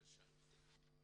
בבקשה.